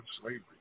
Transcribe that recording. slavery